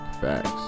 Facts